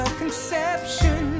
conception